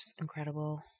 incredible